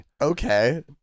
Okay